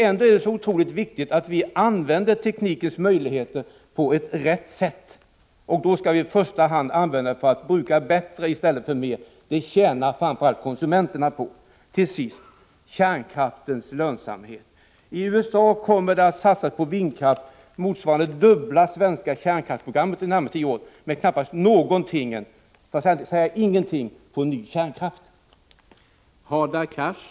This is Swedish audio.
Ändå är det så oerhört viktigt att vi använder teknikens möjligheter på rätt sätt, och då skall vi i första hand använda dem för att bruka bättre i stället för mer — det tjänar framför allt konsumenterna på. Till sist frågan om kärnkraftens lönsamhet. I USA kommer satsningen på vindkraft sannolikt att motsvara dubbla satsningen enligt det svenska kärnkraftsprogrammet — 20 000 MW — under de närmaste tio åren, men knappast någonting — för att inte säga ingenting — kommer troligen att satsas på ny kärnkraft.